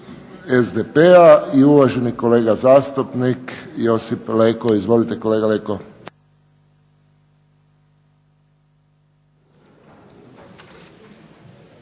SDP-a i uvaženi kolega zastupnik Josip Leko. Izvolite kolega Leko.